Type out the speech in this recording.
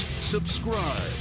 subscribe